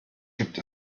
gibt